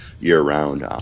year-round